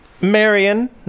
Marion